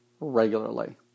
regularly